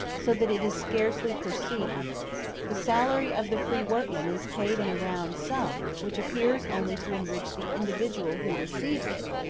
so that it is scarcely perceived the salary of the free workman is paid in a round sum, which appears only to enrich the individual who receives it,